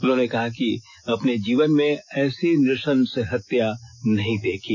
उन्होंने कहा है अपने जीवन में ऐसी नृशंस हत्या नहीं देखी